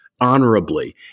honorably